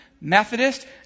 Methodist